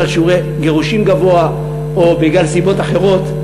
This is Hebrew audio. בגלל שיעור גירושים גבוה או מסיבות אחרות,